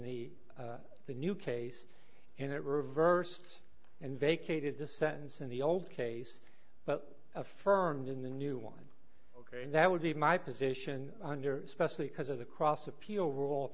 the the new case and it reversed and vacated the sentence in the old case but affirmed in the new one ok that would be my position under specially because of the cross appeal role